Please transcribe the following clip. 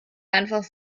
einfach